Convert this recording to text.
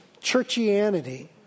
churchianity